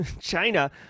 China